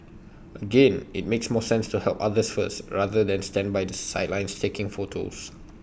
again IT makes more sense to help others first rather than stand by the sidelines taking photos